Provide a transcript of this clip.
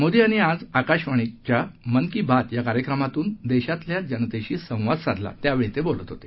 मोदी यांनी आज आकाशवाणीवरच्या मन की बात या कार्यक्रमातून देशातल्या जनतेशी संवाद साधला त्यावेळी ते बोलत होते